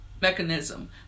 mechanism